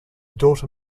daughter